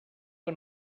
que